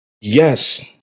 Yes